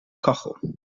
kachel